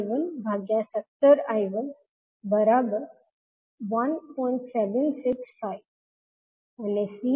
765 CI1V230I117I11